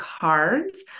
cards